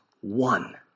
one